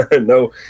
No